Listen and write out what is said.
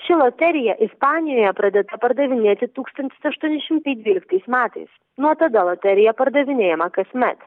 ši loterija ispanijoje pradėta pardavinėti tūkstantis aštuoni šimtai dvyliktais metais nuo tada loterija pardavinėjama kasmet